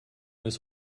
this